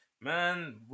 Man